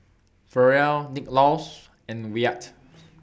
Ferrell Nicklaus and Wyatt